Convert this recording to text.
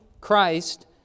Christ